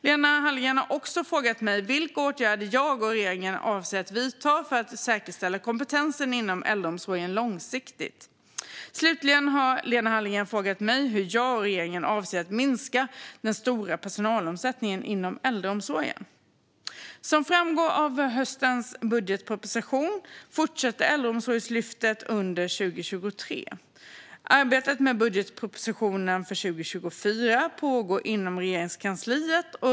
Lena Hallengren har också frågat mig vilka åtgärder jag och regeringen avser att vidta för att säkerställa kompetensen inom äldreomsorgen långsiktigt. Slutligen har Lena Hallengren frågat mig hur jag och regeringen avser att minska den stora personalomsättningen inom äldreomsorgen. Som framgår av höstens budgetproposition fortsätter Äldreomsorgslyftet under 2023. Arbetet med budgetpropositionen för 2024 pågår inom Regeringskansliet.